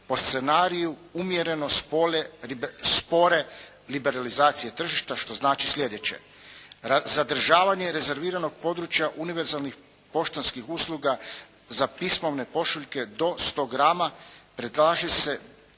po scenariju umjereno spore liberalizacije tržišta što znači slijedeće. Zadržavanje rezerviranog područja univerzalnih poštanskih usluga za pismovne pošiljke do 100 grama predlaže se